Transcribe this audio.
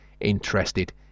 interested